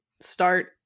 start